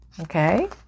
Okay